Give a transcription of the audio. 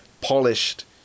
polished